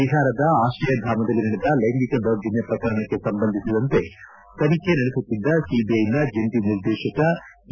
ಬಿಹಾರದ ಆಶ್ರಯಧಾಮದಲ್ಲಿ ನಡೆದ ಲೈಂಗಿಕ ದೌರ್ಜನ್ಹ ಪ್ರಕರಣಕ್ಕೆ ಸಂಬಂಧಿಸಿದಂತೆ ತನಿಖೆ ನಡೆಸುತ್ತಿದ್ದ ಸಿಬಿಐನ ಜಂಟ ನಿರ್ದೇಶಕ ಎ